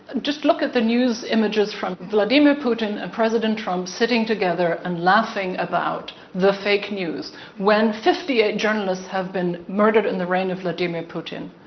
just look at the news images from today. vladimir putin and president trump sitting together and laughing about the fake news when fifty eight journalists have been murdered in the reign of vladimir putin.